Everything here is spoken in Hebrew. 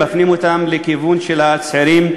מפנים אותם לכיוון הצעירים,